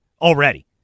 already